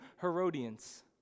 Herodians